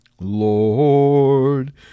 Lord